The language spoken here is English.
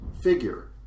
Figure